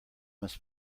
must